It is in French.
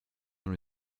dans